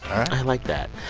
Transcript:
i like that.